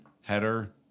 header